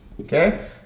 Okay